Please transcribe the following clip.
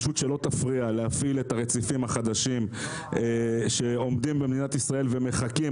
פשוט שלא תפריע להפעיל את הרציפים החדשים שעומדים במדינת ישראל ומחכים.